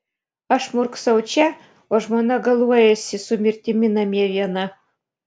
aš murksau čia o žmona galuojasi su mirtimi namie viena